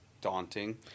daunting